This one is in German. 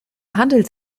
handelt